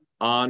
on